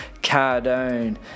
Cardone